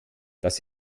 das